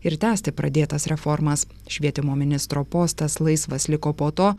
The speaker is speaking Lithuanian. ir tęsti pradėtas reformas švietimo ministro postas laisvas liko po to